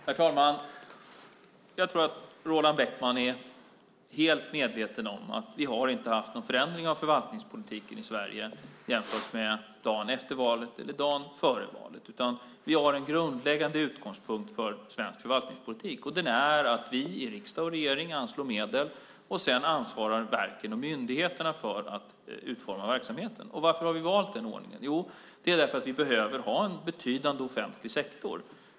Herr talman! Jag tror att Roland Bäckman är helt medveten om att vi inte har haft någon förändring av förvaltningspolitiken i Sverige från dagen före valet till dagen efter valet. Vi har en grundläggande utgångspunkt för svensk förvaltningspolitik, och den är att vi i riksdag och regering anslår medel, och sedan ansvarar verken och myndigheterna för att utforma verksamheten. Varför har vi valt den ordningen? Jo, därför att vi behöver ha en betydande offentlig sektor.